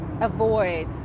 avoid